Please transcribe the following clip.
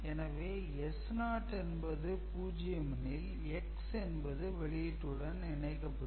எனவே S0 என்பது 0 எனில் x என்பது வெளியீட்டுடன் இணைக்கப்படும்